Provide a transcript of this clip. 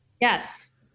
Yes